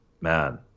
man